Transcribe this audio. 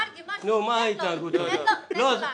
מרגי, תן לו לענות.